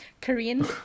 Korean